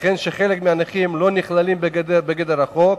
וכן שחלק מהנכים לא נכללים בגדר החוק.